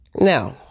Now